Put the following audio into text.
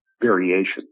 variation